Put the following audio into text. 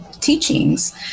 teachings